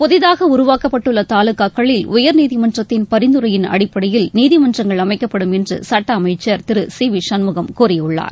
புதிதாக உருவாக்கப்பட்டுள்ள தாலுக்காக்களில் உயர்நீதிமன்றத்தின் பரிந்துரையின் அடிப்படையில் நீதிமன்றங்கள் அமைக்கப்படும் என்று சட்ட அமைச்சர் திரு சி வி சண்முகம் கூறியுள்ளார்